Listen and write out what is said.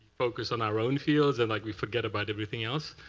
focus on our own fields and like we forget about everything else.